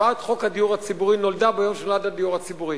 הקפאת חוק הדיור הציבורי נולדה ביום שנולד הדיור הציבורי,